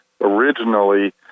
originally